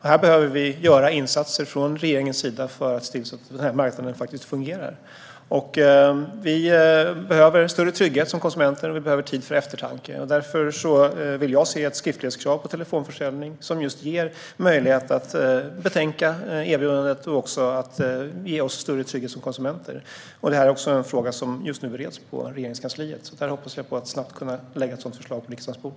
Här behöver regeringen göra insatser för att se till att denna marknad fungerar. Vi behöver större trygghet som konsumenter, och vi behöver tid för eftertanke. Därför vill jag se ett skriftlighetskrav på telefonförsäljning, vilket skulle ge möjlighet att tänka över erbjudandet. Det skulle också ge oss större trygghet som konsumenter. Denna fråga bereds just nu på Regeringskansliet, och jag hoppas att snart kunna lägga ett sådant förslag på riksdagens bord.